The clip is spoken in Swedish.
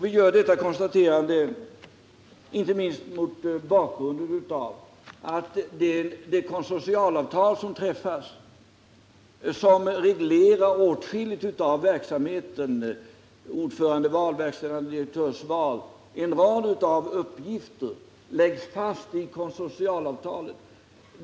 Vi gör detta konstaterande inte minst mot bakgrund av de konsortialavtal som träffats och som reglerar åtskilligt av verksamheten — ordförandeval, val av verkställande direktör och mycket annat.